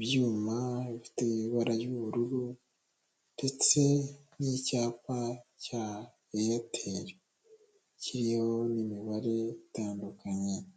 byo kunywa imbere yabo hari amamashini ndetse hari n'indangururamajwi zibafasha kumvikana.